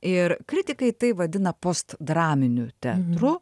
ir kritikai tai vadina postdraminiu teatru